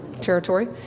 territory